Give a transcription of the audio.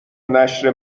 نشر